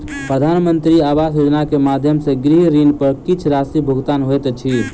प्रधानमंत्री आवास योजना के माध्यम सॅ गृह ऋण पर किछ राशि भुगतान होइत अछि